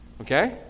Okay